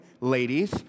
ladies